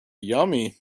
yummy